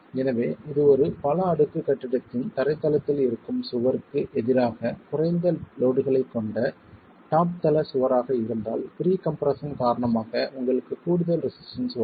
எனவே இது ஒரு பல அடுக்கு கட்டிடத்தின் தரை தளத்தில் இருக்கும் சுவருக்கு எதிராக குறைந்த லோட்களைக் கொண்ட டாப் தள சுவராக இருந்தால் ப்ரீகம்ப்ரஷன் காரணமாக உங்களுக்கு கூடுதல் ரெசிஸ்டன்ஸ் வரும்